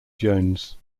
jones